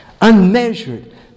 unmeasured